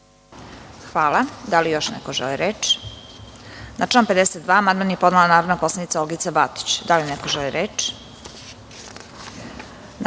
Hvala. Da li još neko želi reč? (Ne)Na član 52. amandman je podnela narodna poslanica Olgica Batić. Da li neko želi reč?